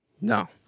No